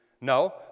No